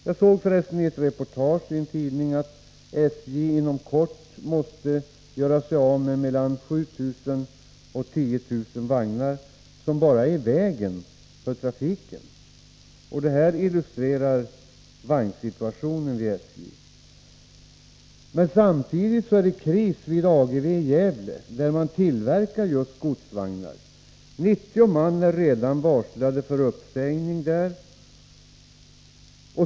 Jag såg för resten i ett reportage i en tidning att SJ inom kort måste göra sig av med mellan 7 000 och 10 000 vagnar som bara är i vägen för trafiken. Detta illustrerar vagnssituationen vid SJ. Men samtidigt är det kris vid Ageve i Gävle där man tillverkar just godsvagnar. 90 man är där redan varslade för uppsägning.